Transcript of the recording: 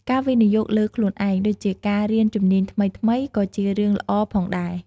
ការវិនិយោគលើខ្លួនឯង ដូចជាការរៀនជំនាញថ្មីៗ ក៏ជារឿងល្អផងដែរ។